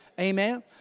Amen